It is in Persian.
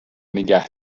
نیگه